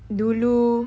dulu